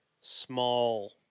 small